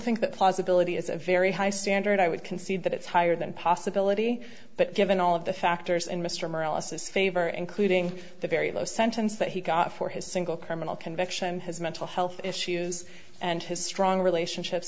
think that possibility is a very high standard i would concede that it's higher than possibility but given all of the factors in mr marella says favor including the very low sentence that he got for his single criminal conviction his mental health issues and his strong relationships